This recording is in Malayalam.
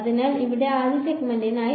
അതിനാൽ ഇവിടെ ആദ്യ സെഗ്മെന്റിനായി